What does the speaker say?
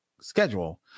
schedule